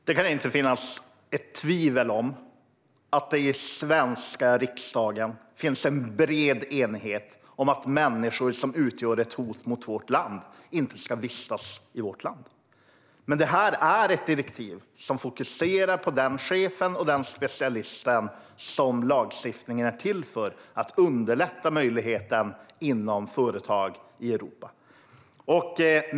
Herr talman! Det kan inte finnas något tvivel om att det i den svenska riksdagen finns en bred enighet om att människor som utgör ett hot mot vårt land inte ska vistas i vårt land. Detta är ett direktiv som fokuserar på den chef och den specialist som lagstiftningen är till för. Det handlar om att underlätta möjligheten att arbeta inom företag i Europa.